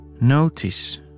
Notice